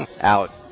out